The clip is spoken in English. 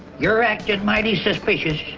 you're acting mighty suspicious.